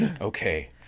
okay